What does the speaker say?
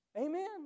Amen